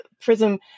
prism